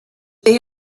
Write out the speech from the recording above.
they